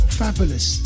fabulous